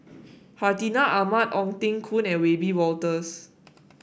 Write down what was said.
Hartinah Ahmad Ong Teng Koon and Wiebe Wolters